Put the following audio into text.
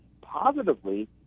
positively